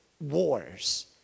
wars